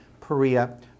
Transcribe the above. Perea